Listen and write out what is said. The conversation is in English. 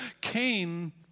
Cain